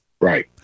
Right